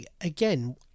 again